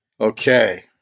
Okay